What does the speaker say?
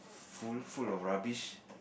full full of rubbish